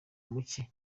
muke